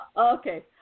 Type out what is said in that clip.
Okay